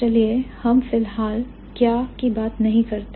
चलिए हम फिलहाल क्या की बात नहीं करते